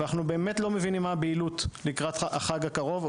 ואנחנו באמת לא מבינים מה הבהילות לקראת החג הקרוב.